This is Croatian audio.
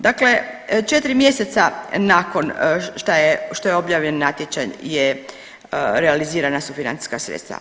Dakle, 4 mjeseca nakon šta je, što je objavljen natječaj je, realizirana su financijska sredstava.